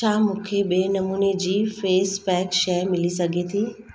छा मूंखे ॿिए नमूने जी फेस पैक शइ मिली सघे थी